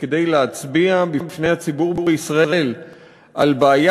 וכדי להצביע בפני הציבור בישראל על בעיה